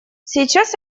сейчас